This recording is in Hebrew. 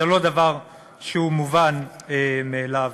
זה לא דבר שהוא מובן מאליו.